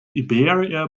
iberia